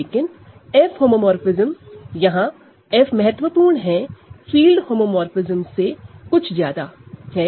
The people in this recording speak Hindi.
लेकिन f होमोमोरफ़िज्म यहां F महत्वपूर्ण है फील्ड होमोमोरफ़िज्म से कुछ ज्यादा है